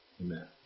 Amen